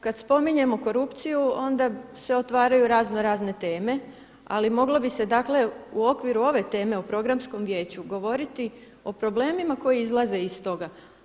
Kada spominjemo korupciju onda se otvaraju razno-razne teme, ali moglo bi se u okviru ove teme o Programskom vijeću govoriti o problemima koji izlaze iz toga.